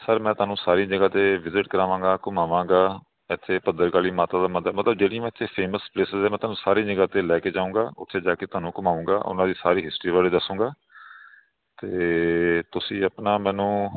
sir ਮੈਂ ਤੁਹਾਨੂੰ ਸਾਰੀ ਜਗ੍ਹਾ 'ਤੇ ਵਿਜ਼ਿਟ ਕਰਾਵਾਂਗਾ ਘੁਮਾਵਾਂਗਾ ਇੱਥੇ ਭੱਦਰਕਾਲੀ ਮਾਤਾ ਦਾ ਮੰਦਰ ਮਤਲਬ ਜਿਹੜੀ ਮੈੈਂ ਇੱਥੇ ਫੇਮਸ ਪਲੇਸਿਸ ਹੈ ਮੈਂ ਤੁਹਾਨੂੰ ਸਾਰੀ ਜਗ੍ਹਾ 'ਤੇ ਲੈ ਕੇ ਜਾਉਂਗਾ ਉੱਥੇ ਜਾ ਕੇ ਤੁਹਾਨੂੰ ਘਮਾਉਂਗਾ ਉਹਨਾਂ ਦੀ ਸਾਰੀ ਹਿਸਟਰੀ ਬਾਰੇ ਦੱਸੁਗਾ ਅਤੇ ਤੁਸੀਂ ਆਪਣਾ ਮੈਨੂੰ